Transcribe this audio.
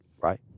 right